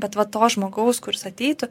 bet va to žmogaus kuris ateitų